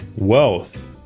Wealth